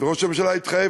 וראש הממשלה התחייב.